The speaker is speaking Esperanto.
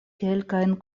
kelkajn